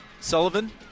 Sullivan